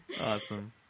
Awesome